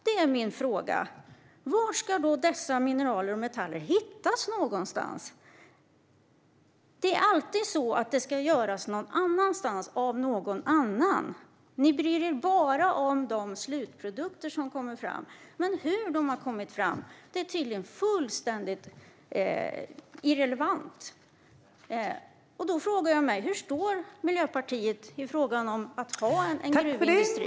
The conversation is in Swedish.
Det är min fråga. Var ska dessa mineraler och metaller hittas någonstans? Det är alltid så att det ska göras någon annanstans, av någon annan. Ni bryr er bara om de slutprodukter som kommer fram, Lorentz, men hur de har kommit fram är tydligen fullständigt irrelevant. Därför frågar jag mig var Miljöpartiet står i frågan om att ha en gruvindustri.